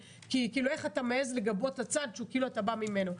איך הוא מעז לגבות את הצד שאתה בא ממנו.